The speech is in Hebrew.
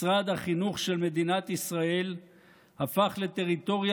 משרד החינוך של מדינת ישראל הפך לטריטוריה